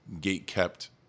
gate-kept